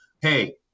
hey